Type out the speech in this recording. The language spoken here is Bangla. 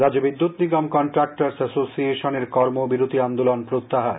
বাজ্য বিদ্যুৎ নিগম কনট্রাক্টবস এসোসিয়েশনের কর্মবিরতি আন্দোলন প্রত্যাহার়